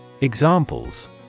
Examples